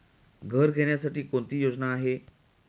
घर घेण्यासाठी कोणती योजना आहे?